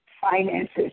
finances